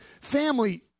family